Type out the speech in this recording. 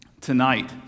tonight